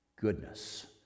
goodness